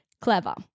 Clever